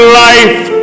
life